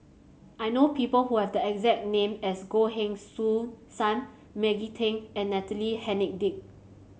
I know people who have the exact name as Goh Heng Soon Sam Maggie Teng and Natalie Hennedige